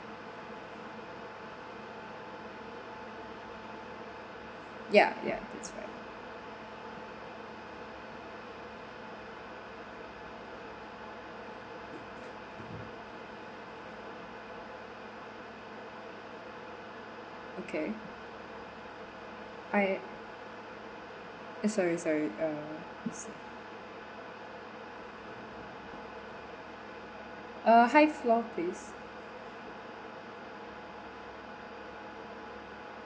ya ya that's right okay I eh sorry sorry uh yes uh high floor please